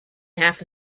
half